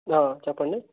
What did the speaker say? ఆ చెప్పండి